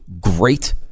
great